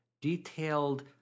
detailed